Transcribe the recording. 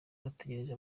bategereje